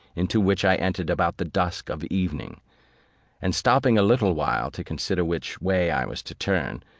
into which i entered about the dusk of evening and stopping a little while to consider which way i was to turn,